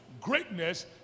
greatness